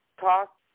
talk